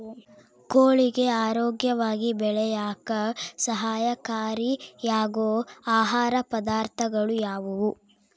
ಕೋಳಿಗೆ ಆರೋಗ್ಯವಾಗಿ ಬೆಳೆಯಾಕ ಸಹಕಾರಿಯಾಗೋ ಆಹಾರ ಪದಾರ್ಥಗಳು ಯಾವುವು?